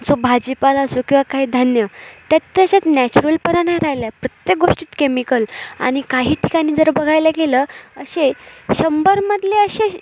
जो भाजीपाला असो किंवा काही धान्य त्यात त्याशात नॅचरलपरा नाही राहिला आहे प्रत्येक गोष्टीत केमिकल आणि काही ठिकाणी जर बघायला गेलं असे शंभरमधले असे शे